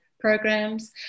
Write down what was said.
Programs